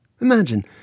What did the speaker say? Imagine